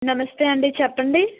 నమస్తే అండి చెప్పండి